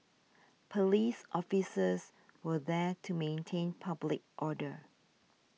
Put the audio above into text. police officers were there to maintain public order